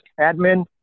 admin